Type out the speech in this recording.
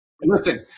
Listen